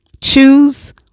Choose